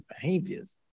behaviors